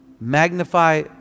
Magnify